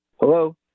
Hello